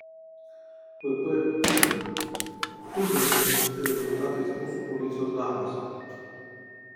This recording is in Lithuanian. pp džiugina stulbinantis rezultatais mūsų policijos darbas